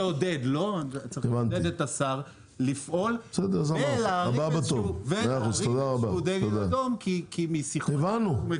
צריך לעודד את השר לפעול ולהרים איזשהו דגל אדום -- הבנו,